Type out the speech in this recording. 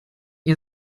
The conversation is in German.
ihr